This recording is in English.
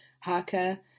Haka